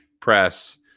press